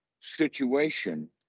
situation